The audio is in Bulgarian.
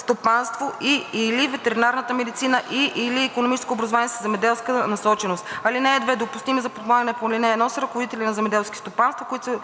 стопанство и/или ветеринарната медицина, и/или икономическо образование със земеделска насоченост. (2) Допустими за подпомагане по ал. 1 са ръководители на земеделски стопанства, които са